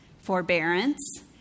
forbearance